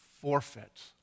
forfeit